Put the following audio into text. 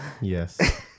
Yes